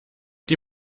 die